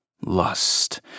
Lust